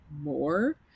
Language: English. more